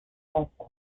houston